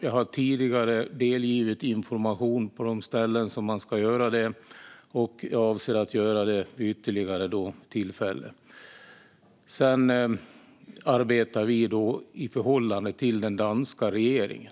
Jag har tidigare delgivit information på de ställen där detta ska göras, och jag avser att göra det vid ytterligare tillfällen. Sedan arbetar vi i förhållande till den danska regeringen.